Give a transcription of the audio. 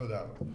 בסדר גמור.